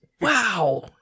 Wow